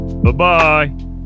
Bye-bye